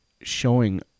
showing